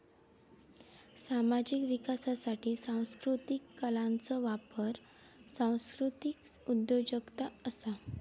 सामाजिक विकासासाठी सांस्कृतीक कलांचो वापर सांस्कृतीक उद्योजगता असा